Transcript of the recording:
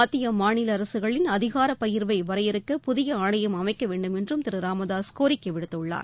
மத்திய மாநில அரசுகளின் அதினரப் பகிர்வை வரையறுக்க புதிய ஆணையம் அமைக்க வேண்டும் என்றும் திரு ராமதாசு கோரிக்கை விடுத்துள்ளார்